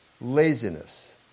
laziness